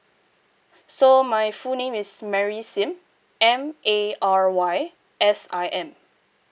so my full name is mary sim M A R Y S I M